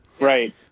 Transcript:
right